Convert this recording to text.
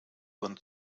und